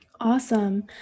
Awesome